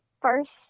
first